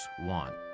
want